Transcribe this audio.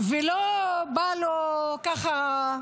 ולא בא לו ככה שהוא